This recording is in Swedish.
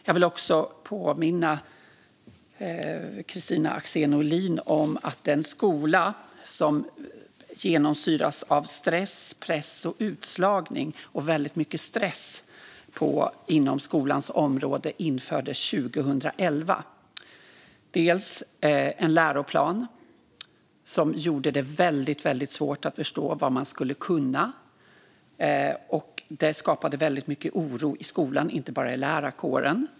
Jag vill också påminna Kristina Axén Olin om att en skola som genomsyras av stress, press och utslagning - väldigt mycket stress inom skolans område - infördes 2011. Det var en läroplan som gjorde det väldigt svårt att förstå vad man skulle kunna, och det skapade väldigt mycket oro i skolan, inte bara i lärarkåren.